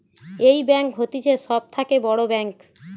এই ব্যাঙ্ক হতিছে সব থাকে বড় ব্যাঙ্ক